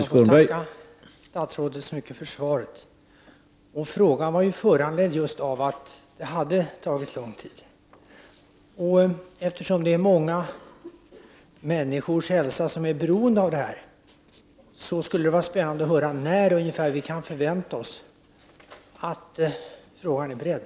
Herr talman! Jag får tacka statsrådet så mycket för svaret. Frågan är föranledd just av att det har tagit lång tid. Eftersom många människors hälsa är beroende av detta så vore det spännande att få höra ungefär när vi kan förvänta oss att frågan är beredd.